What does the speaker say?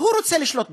הוא רוצה לשלוט בכול.